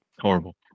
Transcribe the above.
Horrible